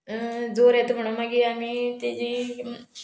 जोर येता म्हणोन मागीर आमी तेजी